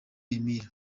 emile